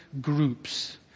groups